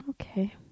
Okay